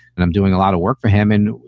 and i'm doing a lot of work for him. and,